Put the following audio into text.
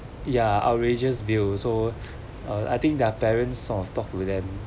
ya outrageous bill so uh I think their parents of talk to them